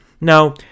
Now